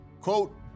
Quote